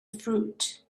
fruit